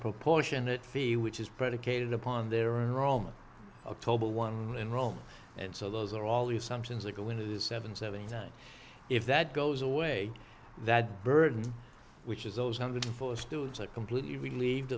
proportionate fee which is predicated upon their almost oktober one in rome and so those are all the assumptions that go into the seven seventy nine if that goes away that burden which is those numbers for students are completely relieved